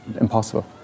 impossible